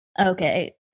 Okay